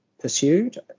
pursued